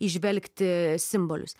įžvelgti simbolius